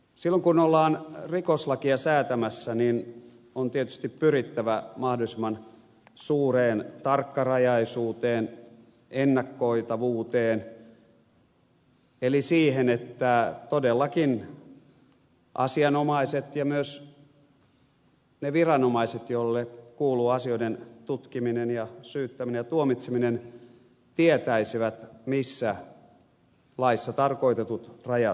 silloin kun ollaan rikoslakia säätämässä on tietysti pyrittävä mahdollisimman suureen tarkkarajaisuuteen ennakoitavuuteen eli siihen että todellakin asianomaiset ja myös ne viranomaiset joille kuuluu asioiden tutkiminen ja syyttäminen ja tuomitseminen tietäisivät missä laissa tarkoitetut rajat kulkevat